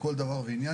לכל דבר ועניין.